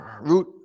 Root